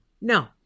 No